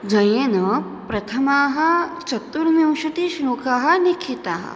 जयेन प्रथमः चतुर्विंशतिश्लोकाः लिखिताः